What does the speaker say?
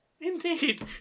Indeed